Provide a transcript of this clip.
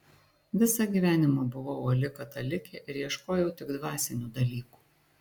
visą gyvenimą buvau uoli katalikė ir ieškojau tik dvasinių dalykų